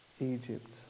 Egypt